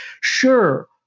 sure